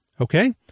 okay